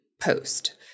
post